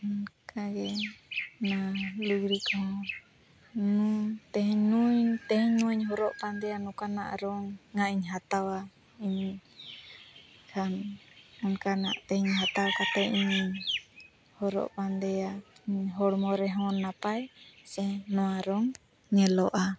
ᱚᱱᱠᱟᱜᱮ ᱚᱱᱟ ᱞᱩᱜᱽᱲᱤᱡ ᱠᱚᱦᱚᱸ ᱱᱩᱭ ᱛᱮᱦᱮᱧ ᱱᱩᱭ ᱛᱮᱦᱮᱧ ᱱᱚᱣᱟᱧ ᱦᱚᱨᱚᱜ ᱠᱟᱸᱫᱮᱭᱟ ᱱᱚᱝᱠᱟᱱᱟᱜ ᱨᱚᱝ ᱱᱟᱜ ᱤᱧ ᱦᱟᱛᱟᱣᱟ ᱤᱧ ᱠᱷᱟᱱ ᱚᱱᱠᱟᱱᱟᱜ ᱛᱮᱦᱮᱧ ᱦᱟᱛᱟᱣ ᱠᱟᱛᱮᱫ ᱤᱧ ᱦᱚᱨᱚᱜ ᱵᱟᱸᱫᱮᱭᱟ ᱤᱧᱟᱹᱜ ᱦᱚᱲᱢᱚ ᱨᱮᱦᱚᱸ ᱱᱟᱯᱟᱭ ᱥᱮ ᱱᱚᱣᱟ ᱨᱚᱝ ᱧᱮᱞᱚᱜᱼᱟ